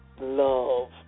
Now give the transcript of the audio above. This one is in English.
Love